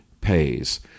pays